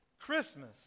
Christmas